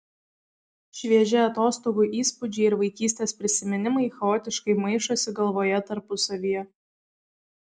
švieži atostogų įspūdžiai ir vaikystės prisiminimai chaotiškai maišosi galvoje tarpusavyje